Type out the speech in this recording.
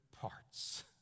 parts